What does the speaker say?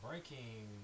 Breaking